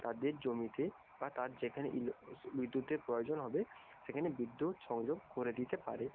তাদের জমিতে বা তার যেখানে ইন ওষু বিদ্যুতের প্রয়োজন হবে সেখানে বিদ্যুৎ সংযোগ করে দিতে পারে